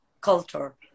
culture